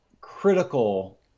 critical